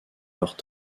leurs